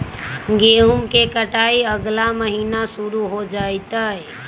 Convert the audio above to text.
गेहूं के कटाई अगला महीना शुरू हो जयतय